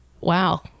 wow